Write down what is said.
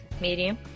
medium